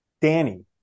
Danny